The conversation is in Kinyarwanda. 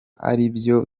aribyo